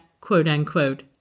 quote-unquote